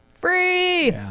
Free